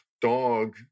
dog